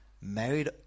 married